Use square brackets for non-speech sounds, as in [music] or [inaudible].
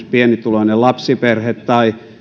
[unintelligible] pienituloinen lapsiperhe tai